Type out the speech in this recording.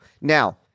Now